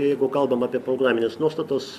jeigu kalbam apie programinės nuostatos